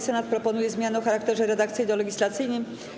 Senat proponuje zmiany o charakterze redakcyjno-legislacyjnym.